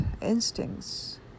instincts